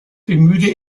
bemühte